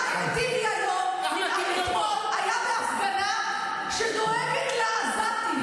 אחמד טיבי היום היה בהפגנה שדואגת לעזתים.